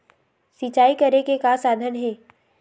सिंचाई करे के का साधन हे?